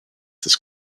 this